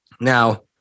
Now